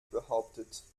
behauptet